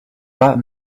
pas